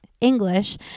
English